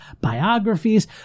biographies